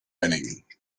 banning